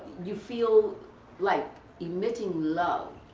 you feel like emitting love.